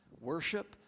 Worship